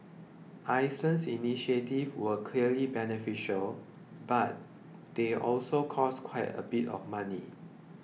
Iceland's initiatives were clearly beneficial but they also cost quite a bit of money